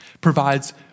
provides